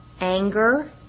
anger